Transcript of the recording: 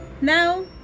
now